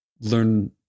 learn